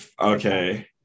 Okay